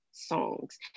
Songs